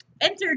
enter